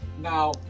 Now